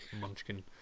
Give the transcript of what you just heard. Munchkin